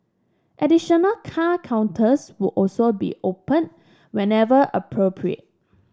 additional car counters would also be opened whenever appropriate